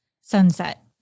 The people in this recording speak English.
sunset